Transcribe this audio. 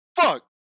Fuck